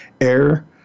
air